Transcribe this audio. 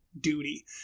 duty